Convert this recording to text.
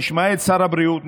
נשמע את שר הבריאות,